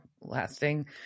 lasting